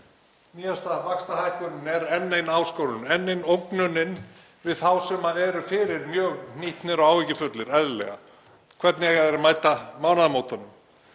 Nýjasta vaxtahækkunin er enn ein áskorunin, enn ein ógnin við þá sem eru fyrir mjög hnípnir og áhyggjufullir, eðlilega. Hvernig eiga þeir að mæta mánaðamótunum?